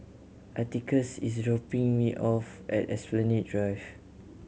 Atticus is dropping me off at Esplanade Drive